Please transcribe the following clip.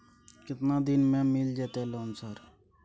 केतना दिन में मिल जयते लोन सर?